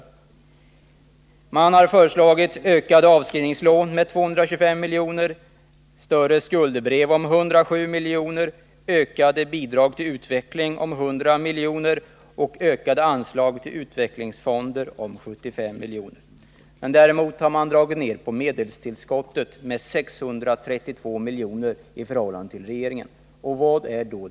Man har i jämförelse med regeringens förslag föreslagit en ökning av avskrivningslånen med 225 milj.kr., en ökning av skuldbreven med 107 milj.kr., ökade bidrag till utveckling med 100 milj.kr. och ökade anslag till utvecklingsfonder med 75 milj.kr. Däremot har man dragit ned på medelstillskottet med 632 milj.kr. i förhållande till regeringens förslag.